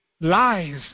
lies